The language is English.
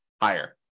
higher